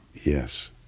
Yes